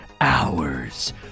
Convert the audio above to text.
hours